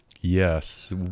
Yes